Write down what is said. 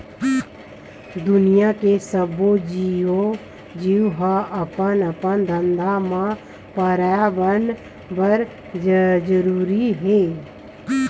दुनिया के सब्बो जीव ह अपन अपन जघा म परयाबरन बर जरूरी हे